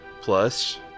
plus